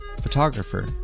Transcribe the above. photographer